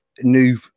New